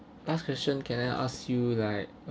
last question can I ask you like